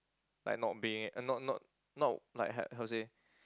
like not being uh not not not like how how to say